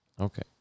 Okay